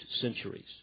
centuries